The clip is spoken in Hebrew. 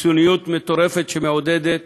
קיצוניות מטורפת שמעודדת